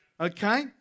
Okay